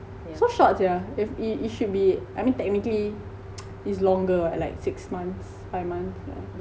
so short jer if it it should be I mean technically is longer ah like six months five months yeah